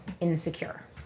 insecure